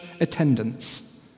attendance